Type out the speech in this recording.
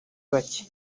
bacye